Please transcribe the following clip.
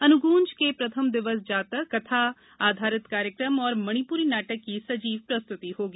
अनुग्रॅज के प्रथम दिवस जातक कथा आधारित कार्यक्रम और मणिपुरी नाटक की सजीव प्रस्तुति होगी